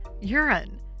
Urine